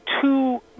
two